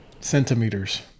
centimeters